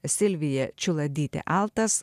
silvija čiuladytė altas